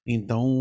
Então